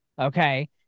Okay